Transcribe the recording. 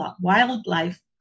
wildlife